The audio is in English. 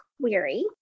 query